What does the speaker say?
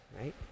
right